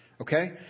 Okay